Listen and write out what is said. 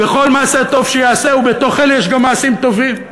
וכל מעשה טוב שיעשה, ובתוך אלה יש גם מעשים טובים.